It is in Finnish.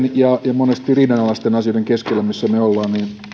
ja monesti riidanalaisten asioiden keskellä missä me me olemme